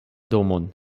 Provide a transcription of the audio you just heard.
domon